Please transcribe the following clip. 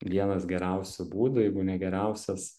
vienas geriausių būdų jeigu ne geriausias